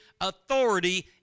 authority